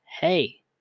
hey